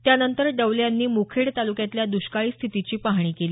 त्यानंतर डवले यांनी मुखेड तालुक्यातल्या दुष्काळी स्थितीची पाहणी केली